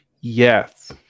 Yes